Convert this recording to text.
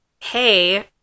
hey